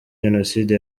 jenoside